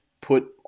put